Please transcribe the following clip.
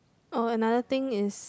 oh another thing is